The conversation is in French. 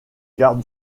garde